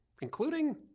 including